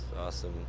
awesome